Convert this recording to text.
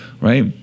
right